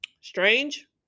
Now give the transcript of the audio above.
Strange